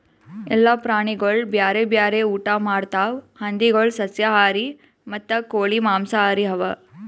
ಎಲ್ಲ ಪ್ರಾಣಿಗೊಳ್ ಬ್ಯಾರೆ ಬ್ಯಾರೆ ಊಟಾ ಮಾಡ್ತಾವ್ ಹಂದಿಗೊಳ್ ಸಸ್ಯಾಹಾರಿ ಮತ್ತ ಕೋಳಿ ಮಾಂಸಹಾರಿ ಅವಾ